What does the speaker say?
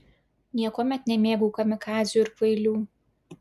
niekuomet nemėgau kamikadzių ir kvailių